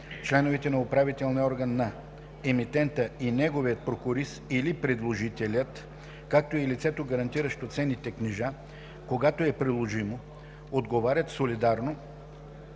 Членовете на управителния орган на емитента и неговият прокурист или предложителят, както и лицето, гарантиращо ценните книжа, когато е приложимо, отговарят солидарно